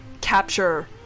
capture